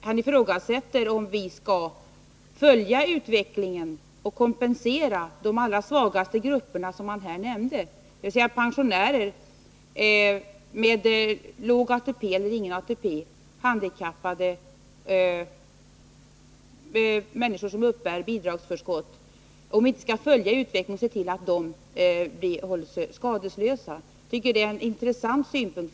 Han ifrågasätter om vi skall följa utvecklingen och kompensera de allra svagaste grupperna, som han nämnde — dvs. pensionärer med låg ATP eller ingen ATP alls, handikappade och människor som uppbär bidragsförskott — så att de hålls skadeslösa. Jag tycker att detta är en intressant synpunkt.